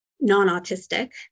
non-autistic